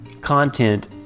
content